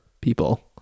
people